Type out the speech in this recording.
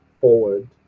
forward